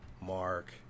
Mark